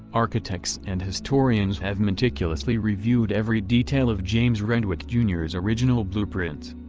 architects and historians have meticulously reviewed every detail of james renwick jr s original blueprints.